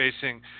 facing